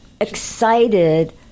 excited